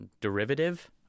derivative